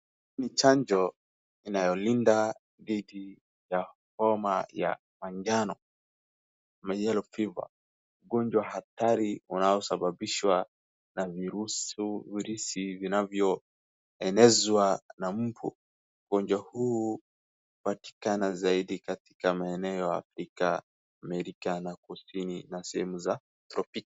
Ni chanjo inayolinda dhidi ya homa ya manjano, Yellow fever . Ugonjwa hatari unaosababishwa na virusi vinavyoenezwa na mbu. Ugonjwa huu hupatikana zaidi katika maeneo ya afrika, amerika na kusini mwa sehemu za...